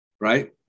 Right